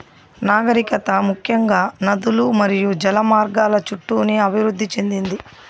నాగరికత ముఖ్యంగా నదులు మరియు జల మార్గాల చుట్టూనే అభివృద్ది చెందింది